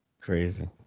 Crazy